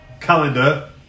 Calendar